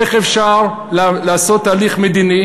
איך אפשר לעשות הליך מדיני